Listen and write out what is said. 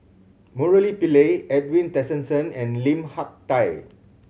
Murali Pillai Edwin Tessensohn and Lim Hak Tai